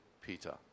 Peter